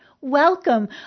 Welcome